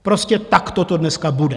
Prostě takto to dneska bude.